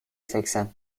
seksen